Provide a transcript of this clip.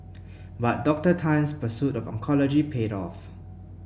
but Dr Tan's pursuit of oncology paid off